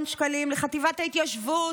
מיליון שקלים לחטיבת ההתיישבות,